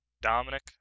Dominic